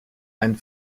einen